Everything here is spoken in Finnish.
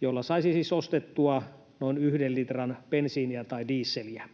jolla saisi siis ostettua noin yhden litran bensiiniä tai dieseliä.